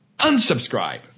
Unsubscribe